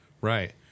Right